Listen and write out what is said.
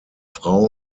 frau